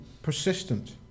persistent